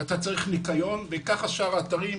ניקיון וכך שאר האתרים.